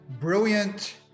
Brilliant